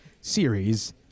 series